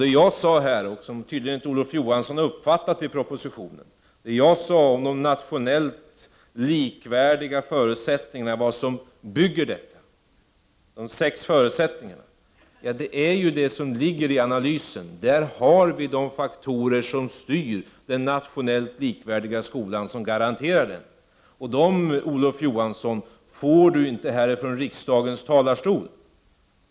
Det jag sade här, och som Olof Johansson tydligen inte har uppfattat av propositionen, om de nationellt likvärdiga förutsättningarna, de sex förutsättningar som bygger detta, är ju det som ligger i analysen. Där har vi ju de faktorer som styr den nationellt likvärdiga skolan som garanterar den. Det får Olof Johansson inte höra från riksdagens talarstol.